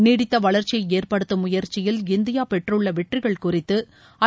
நீடித்த வளர்ச்சியை ஏற்படுத்தும் முயற்சியில் இந்தியா பெற்றுள்ள வெற்றிகள் குறித்து ஐ